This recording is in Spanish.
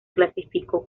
clasificó